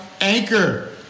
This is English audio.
anchor